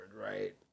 right